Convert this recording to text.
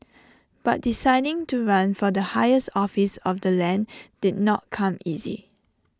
but deciding to run for the highest office of the land did not come easy